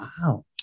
Wow